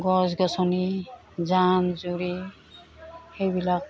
গছ গছনি জান জুৰি সেইবিলাক